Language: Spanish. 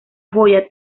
joya